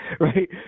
right